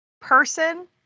person